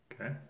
okay